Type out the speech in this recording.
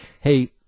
hey